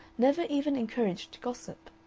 never even encouraged gossip.